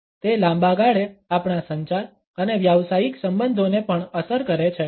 તે લાંબા ગાળે આપણા સંચાર અને વ્યાવસાયિક સંબંધોને પણ અસર કરે છે